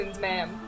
ma'am